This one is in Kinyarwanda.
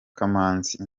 kamanzi